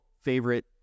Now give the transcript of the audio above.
favorite